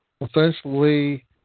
essentially